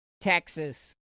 Texas